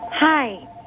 hi